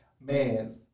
man